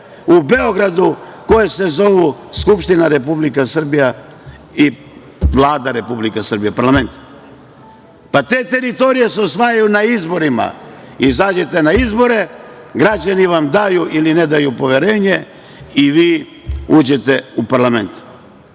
u Beogradu, koji se zovu Skupština Republike Srbije i Vlada Republike Srbije, parlament. Pa, te teritorije se osvajaju na izborima – izađete na izbore, građani vam daju ili ne daju poverenje i vi uđete u parlament.